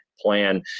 plan